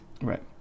right